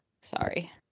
sorry